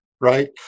right